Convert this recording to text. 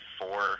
four